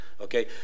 okay